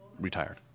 retired